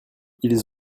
ils